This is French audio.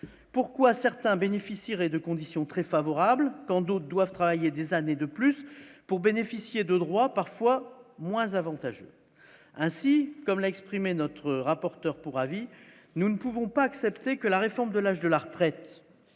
pourquoi certains bénéficieraient de conditions très favorables, quand d'autres doivent travailler des années de plus pour bénéficier de droit parfois moins avantageux ainsi, comme l'a exprimé notre rapporteur pour avis, nous ne pouvons pas accepter que la réforme de l'âge de la retraite